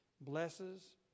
blesses